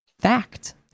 fact